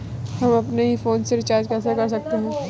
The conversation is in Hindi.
हम अपने ही फोन से रिचार्ज कैसे कर सकते हैं?